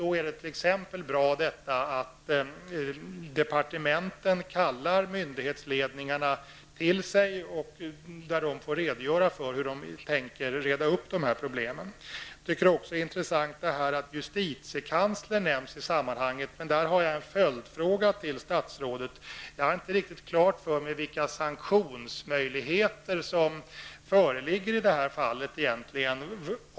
Då är det t.ex. bra att departementen kallar myndighetsledningarna till sig, så att de får redogöra för hur de tänker reda upp problemen. Jag tycker också det är intressant att justitiekanslern nämns i sammanhanget. Där har jag en följdfråga till statsrådet. Jag har inte riktigt klart för mig vilka sanktionsmöjligheter som föreligger i detta fall.